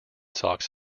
sox